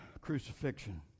crucifixion